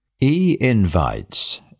E-invites